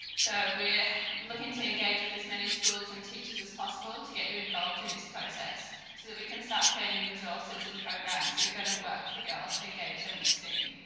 so, we're looking to engage with as many schools and teachers as possible to get you involved in this process so that we can start coding resources and programs that are going to work for girls to engage them with steam.